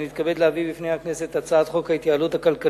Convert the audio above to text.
אני מתכבד להביא בפני הכנסת את הצעת חוק ההתייעלות הכלכלית